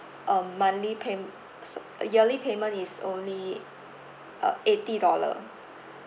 um monthly paym~ s~ yearly payment is only ugh eighty dollar